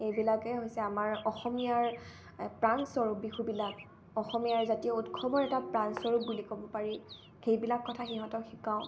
এইবিলাকেই হৈছে আমাৰ অসমীয়াৰ প্ৰাণস্বৰূপ বিহুবিলাক অসমীয়াৰ জাতীয় উৎসৱৰ এটা প্ৰাণস্বৰূপ বুলি ক'ব পাৰি সেইবিলাক কথা সিহঁতক শিকাওঁ